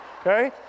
Okay